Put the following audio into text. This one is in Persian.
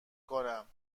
کنم